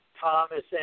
Thomas